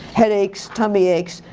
headaches, tummy aches,